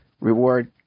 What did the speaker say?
reward